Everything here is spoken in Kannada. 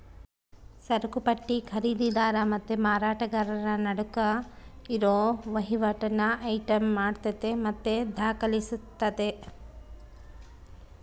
ಸರಕುಪಟ್ಟಿ ಖರೀದಿದಾರ ಮತ್ತೆ ಮಾರಾಟಗಾರರ ನಡುಕ್ ಇರೋ ವಹಿವಾಟನ್ನ ಐಟಂ ಮಾಡತತೆ ಮತ್ತೆ ದಾಖಲಿಸ್ತತೆ